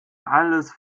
alles